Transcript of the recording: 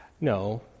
No